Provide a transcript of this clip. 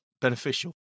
beneficial